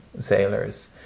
sailors